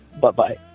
Bye-bye